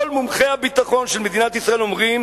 כל מומחי הביטחון של מדינת ישראל אומרים